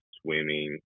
swimming